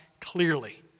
clearly